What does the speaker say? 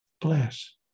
bless